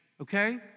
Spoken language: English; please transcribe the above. okay